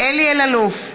אלי אלאלוף,